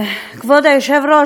כבוד היושב-ראש,